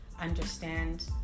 understand